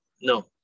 No